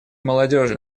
молодежи